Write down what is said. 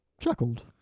chuckled